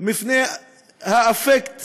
מפני האפקט